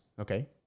Okay